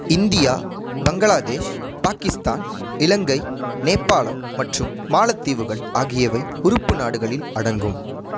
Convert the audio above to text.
India Bangladesh Pakistan Ilangai நேபாளம் மற்றும் மாலத்தீவுகள் ஆகியவை உறுப்பு நாடுகளில் அடங்கும்